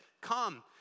come